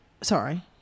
sorry